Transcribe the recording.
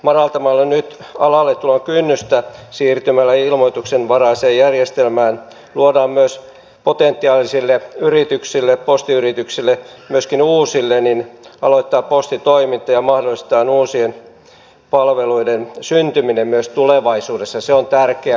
madaltamalla nyt alalle tulon kynnystä siirtymällä ilmoituksenvaraiseen järjestelmään luodaan potentiaalisille postiyrityksille myöskin uusille edellytykset aloittaa postitoiminta ja mahdollistetaan uusien palveluiden syntyminen myös tulevaisuudessa ja se on tärkeää